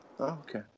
Okay